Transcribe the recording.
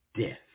death